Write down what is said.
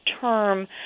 term